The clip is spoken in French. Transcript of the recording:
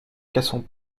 cassons